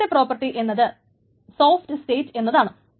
രണ്ടാമത്തെ പ്രോപ്പർട്ടി എന്നത് soft state എന്നാണ്